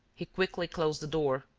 he quickly closed the door,